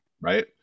right